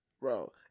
Bro